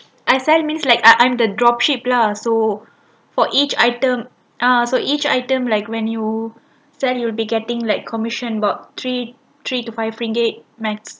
I sell means like uh I'm the dropship lah so for each item uh so each item like when you sell you would be getting like commission about three three to five ringgit maximum